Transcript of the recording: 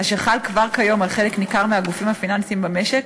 אשר חל כבר כיום על חלק ניכר מהגופים הפיננסיים במשק,